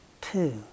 two